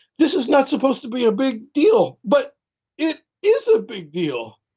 this is not supposed to be a big deal but it is a big deal.